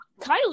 Kylie